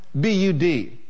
B-U-D